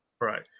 right